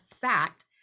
fact